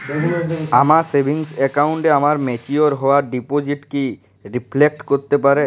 আমার সেভিংস অ্যাকাউন্টে আমার ম্যাচিওর হওয়া ডিপোজিট কি রিফ্লেক্ট করতে পারে?